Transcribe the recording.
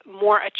more